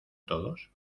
todos